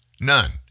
None